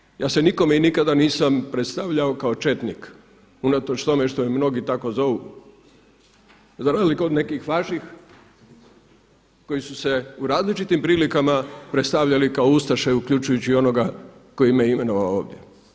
Ali hvala Bogu, ja se nikome i nikada nisam predstavljao kao Četnik, unatoč tome što me mnogi tako zovu, za razliku od nekih vaših koji su se u različitim prilikama predstavljali kao ustaše uključujući i onoga koji me je imenovao ovdje.